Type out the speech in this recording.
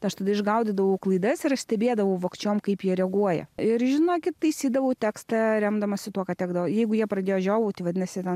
aš tada išgaudydavau klaidas ir aš stebėdavau vogčiom kaip jie reaguoja ir žinokit taisydavau tekstą remdamasi tuo ką tekdavo jeigu jie pradėjo žiovauti vadinasi yra